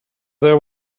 that